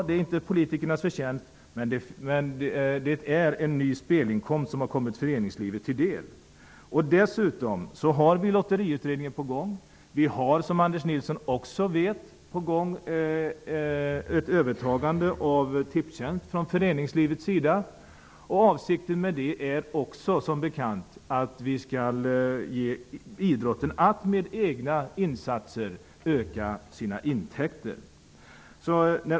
Det är inte politikernas förtjänst, men det är en ny spelinkomst, som har kommit föreningslivet till del. Dessutom är Lotteriutredningen på gång, liksom föreningslivets övertagande av Tipstjänst, som Anders Nilsson vet. Avsikten därmed är, som bekant, att idrotten med egna insatser skall kunna öka sina intäkter.